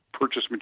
Purchase